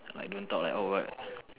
like don't talk like oh what